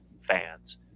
fans